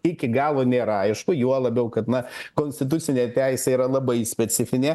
iki galo nėra aišku juo labiau kad na konstitucinė teisė yra labai specifinė